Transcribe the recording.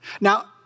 Now